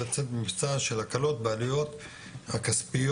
לצאת במבצע של הקלות בעלויות הכספיות